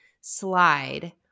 slide